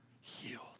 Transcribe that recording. healed